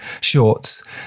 shorts